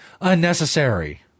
unnecessary